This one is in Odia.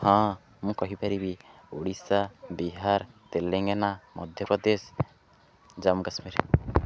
ହଁ ମୁଁ କହିପାରିବି ଓଡ଼ିଶା ବିହାର ତେଲେଙ୍ଗାନା ମଧ୍ୟପ୍ରଦେଶ ଜାମ୍ମୁ କାଶ୍ମୀର